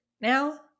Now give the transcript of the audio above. now